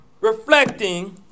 reflecting